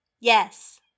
Yes